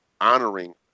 honoring